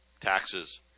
Taxes